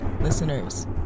listeners